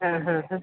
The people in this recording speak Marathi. हां हां हां